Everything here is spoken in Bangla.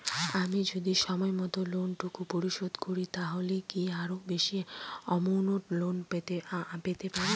আমি যদি সময় মত লোন টুকু পরিশোধ করি তাহলে কি আরো বেশি আমৌন্ট লোন পেতে পাড়ি?